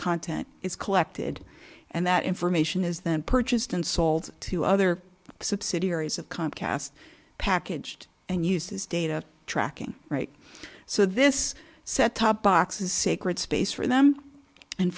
content is collected and that information is then purchased and sold to other subsidiaries of comcast packaged and used his data tracking right so this set top box is sacred space for them and